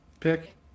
Pick